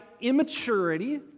immaturity